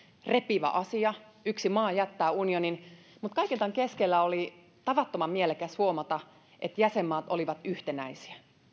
repivä asia kun yksi maa jättää unionin mutta kaiken tämän keskellä oli tavattoman mielekästä huomata että jäsenmaat olivat yhtenäisiä